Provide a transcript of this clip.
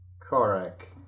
Correct